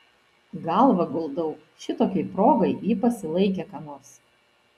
galvą guldau šitokiai progai ji pasilaikė ką nors